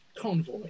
Convoy